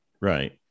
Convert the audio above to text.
right